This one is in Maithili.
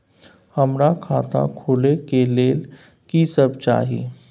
हमरा खाता खोले के लेल की सब चाही?